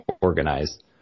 organized